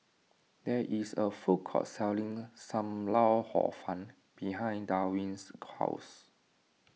there is a food court selling Sam Lau Hor Fun behind Darwin's house